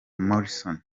morrison